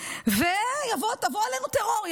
ויבוא עלינו טרור.